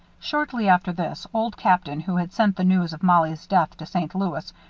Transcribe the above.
shortly after this, old captain, who had sent the news of mollie's death to st. louis,